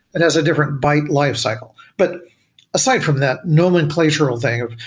it has a different byte life cycle. but aside from that nomenclature and think of,